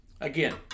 again